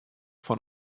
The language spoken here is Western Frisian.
fan